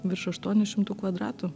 virš aštuonių šimtų kvadratų